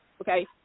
Okay